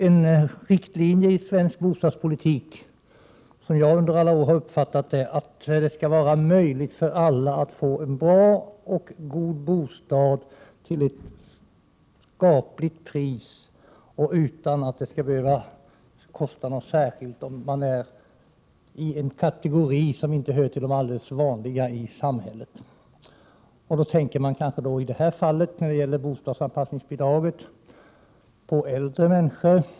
En riktlinje i svensk bostadspolitik har varit, som jag under alla år har uppfattat saken, att det skall vara möjligt för alla att få en bra bostad till ett skapligt pris, dvs. utan att det skall behöva kosta särskilt mycket för den som inte tillhör en helt vanlig kategori här i samhället. När det gäller bostadsanpassningsbidraget tänker man kanske på äldre människor.